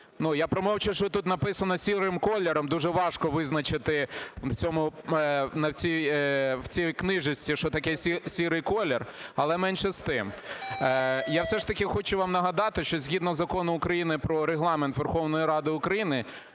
я промовчу, що тут написано сірим кольором – дуже важко визначити в цій книжечці, що таке "сірий колір". Але, менше з тим, я все ж таки хочу вам нагадати, що згідно Закону України "Про Регламент Верховної Ради України"